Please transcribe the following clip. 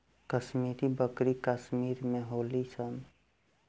कश्मीरी बकरी कश्मीर में होली सन